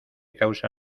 causa